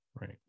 Right